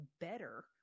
better